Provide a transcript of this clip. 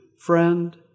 Friend